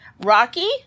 Rocky